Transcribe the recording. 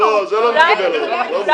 יסכימו.